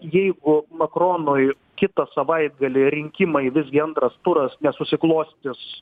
jeigu makronui kitą savaitgalį rinkimai visgi antras turas nesusiklostys